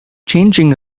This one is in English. changing